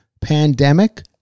pandemic